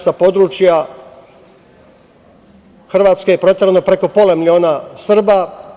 Sa područja Hrvatske je proterano preko pola miliona Srba.